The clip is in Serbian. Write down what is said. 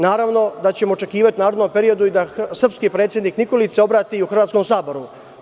Naravno da ćemo očekivati u narednom periodu i da se srpski predsednik Nikolić obrati u hrvatskom Saboru.